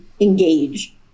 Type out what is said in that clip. engage